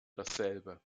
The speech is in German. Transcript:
dasselbe